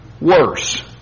worse